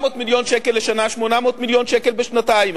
400 מיליון שקל לשנה ו-800 מיליון שקל בשנתיים.